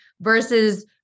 versus